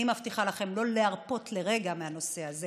אני מבטיחה לכם לא להרפות לרגע מהנושא הזה.